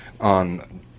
on